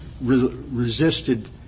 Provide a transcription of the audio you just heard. resisted